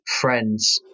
friends